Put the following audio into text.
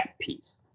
piece